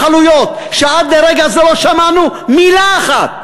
בהתנחלויות, שעד לרגע זה לא שמענו מילה אחת,